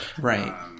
Right